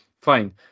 fine